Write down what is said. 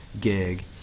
gig